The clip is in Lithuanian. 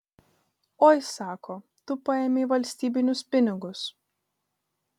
oi sako tu paėmei valstybinius pinigus